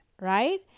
right